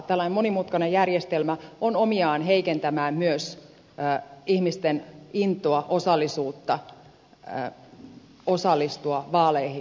tällainen monimutkainen järjestelmä on omiaan heikentämään myös ihmisten intoa osallistua vaaleihin